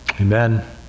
Amen